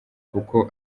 kuko